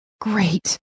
Great